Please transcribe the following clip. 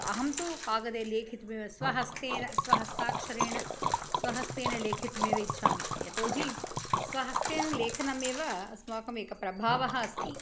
अहं तु कागदे लेखितुमेव स्वहस्तेन स्वहस्ताक्षरेण स्वहस्तेन लेखितुमेव इच्छामि यतो हि स्वहस्तेन लेखनमेव अस्माकमेकः प्रभावः अस्ति